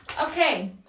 Okay